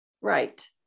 Right